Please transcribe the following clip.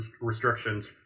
restrictions